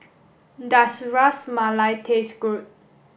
does Ras Malai taste good